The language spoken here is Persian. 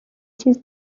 چیز